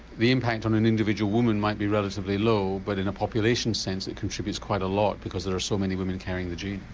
the impact on an individual woman might be relatively low but in a population sense it contributes quite a lot because there are so many women carrying the gene?